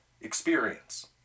experience